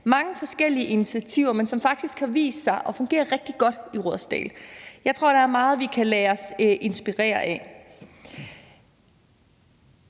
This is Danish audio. mange forskellige initiativer, men som faktisk har vist sig at fungere rigtig godt i Rudersdal. Jeg tror, der er meget, vi kan lade os inspirere af.